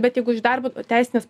bet jeigu iš darbo teisinės